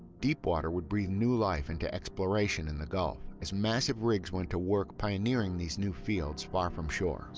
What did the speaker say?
deepwater would breath new life into exploration in the gulf as massive rigs went to work pioneering these new fields, far from shore. so,